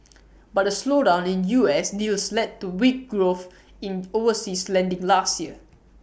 but A slowdown in U S deals led to weak growth in overseas lending last year